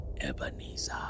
Ebenezer